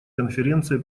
конференции